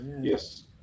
Yes